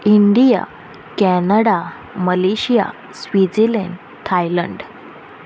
India Canada Malaysia Switzerland Thailand